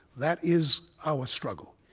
that is our struggle.